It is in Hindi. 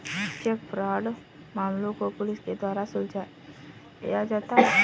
चेक फ्राड मामलों को पुलिस के द्वारा सुलझाया जाता है